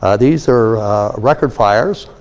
ah these are record fires.